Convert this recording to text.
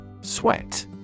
Sweat